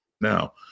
now